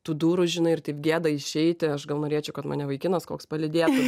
tų durų žinai ir taip gėda išeiti aš gal norėčiau kad mane vaikinas koks palydėtų